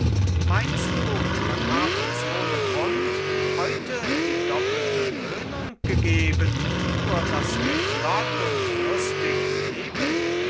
meinst du man hab uns ohne grund heute die doppelte löhnung gegeben nur daß wir flott und lustig leben